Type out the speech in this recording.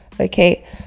okay